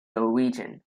norwegian